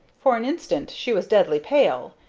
for an instant she was deadly pale.